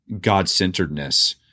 God-centeredness